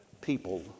people